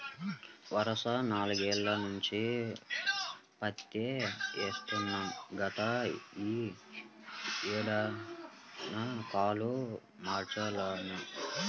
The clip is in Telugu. వరసగా నాల్గేల్ల నుంచి పత్తే యేత్తన్నాం గదా, యీ ఏడన్నా కాలు మార్చాలన్నా